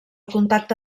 contacte